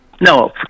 No